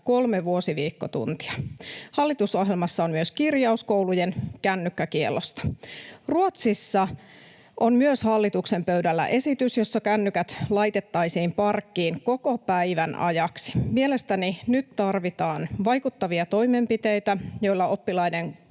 kolme vuosiviikkotuntia. Hallitusohjelmassa on myös kirjaus koulujen kännykkäkiellosta. Myös Ruotsissa on hallituksen pöydällä esitys, jossa kännykät laitettaisiin parkkiin koko päivän ajaksi. Mielestäni nyt tarvitaan vaikuttavia toimenpiteitä, joilla oppilaiden